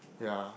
ya